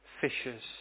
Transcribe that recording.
fishers